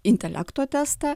intelekto testą